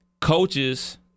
coaches